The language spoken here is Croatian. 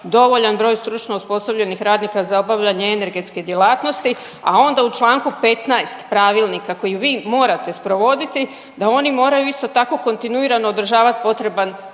dovoljan broj stručno osposobljenih radnika za obavljanje energetske djelatnosti“, a onda u članku 15. Pravilnika koji vi morate sprovoditi, da oni moraju isto tako kontinuirano održavati potreban